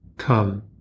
Come